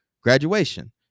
graduation